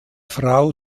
frau